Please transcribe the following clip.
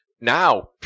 Now